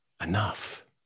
enough